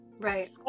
right